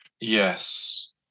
Yes